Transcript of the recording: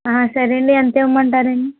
సరేలే ఎంత ఇవ్వమంటారు అండి